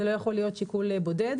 זה לא יכול להיות שיקול בודד.